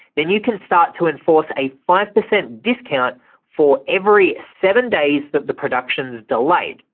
then you can start to enforce a five percent discount for every seven days that the production's delayed.